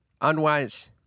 Unwise